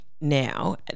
now